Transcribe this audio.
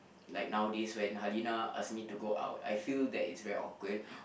like nowadays when Halinah ask me to go out I feel that it's very awkward